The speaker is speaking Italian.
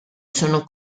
sono